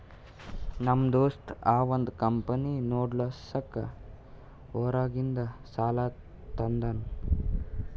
ನಮ್ ದೋಸ್ತ ಅವಂದ್ ಕಂಪನಿ ನಡುಸ್ಲಾಕ್ ಹೊರಗಿಂದ್ ಸಾಲಾ ತಂದಾನ್